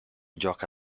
gioca